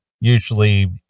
usually